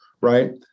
right